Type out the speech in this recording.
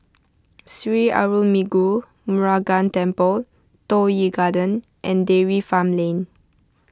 Sri Arulmigu Murugan Temple Toh Yi Garden and Dairy Farm Lane